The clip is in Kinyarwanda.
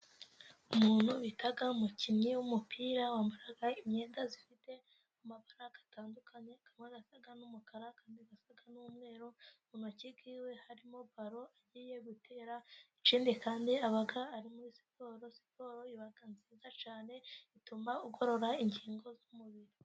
Umuntu bita umukinnyi w'umupira wambara imyenda ifite amabara atandukanye, ikaba isa n'umukara iyindi isa n'umweru mu makipe ye harimo balo, agiye gutera ikindi kandi aba ari muri siporo ,siporo ni nziza cyane ituma agorora ingingo z'umubiri.